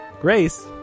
Grace